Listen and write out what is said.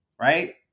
Right